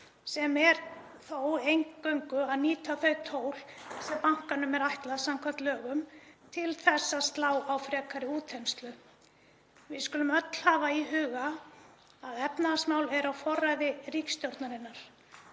sem er þó eingöngu að nýta þau tól sem bankanum er ætlað samkvæmt lögum til þess að slá á frekari útþenslu, skulum við öll hafa í huga að efnahagsmál eru á forræði ríkisstjórnarinnar.